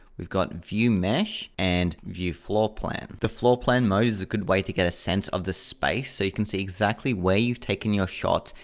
we've got view mesh and view floor plan. the floor plan mode is a good way to get a sense of the space so you can see exactly where you've taken your shot.